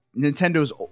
Nintendo's